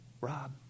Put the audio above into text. Rob